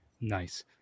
Nice